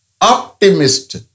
Optimist